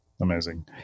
amazing